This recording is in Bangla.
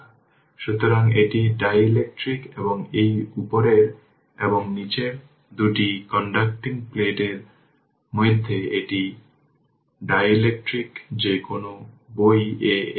বাছাই করা v0 এবং এটি একটি সুইচিং লজিক তৈরি করবে এটিকে সুইচিং লজিক হিসাবে তৈরি করবে তাই মাত্র এক সেকেন্ড